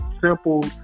simple